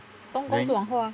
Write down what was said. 东公是王后啊